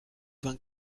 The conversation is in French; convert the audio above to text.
vingt